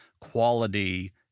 quality